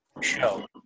show